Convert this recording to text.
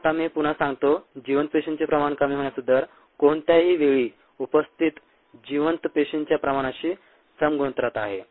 आता मी हे पुन्हा सांगतो जिवंत पेशींचे प्रमाण कमी होण्याचा दर कोणत्याही वेळी उपस्थित जिवंत पेशींच्या प्रमाणाशी सम गुणोत्तरात आहे